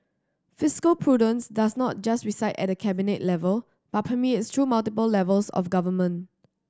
fiscal prudence does not just reside at the Cabinet level but permeates through multiple levels of government